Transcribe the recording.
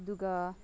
ꯑꯗꯨꯒ